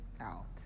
out